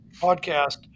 podcast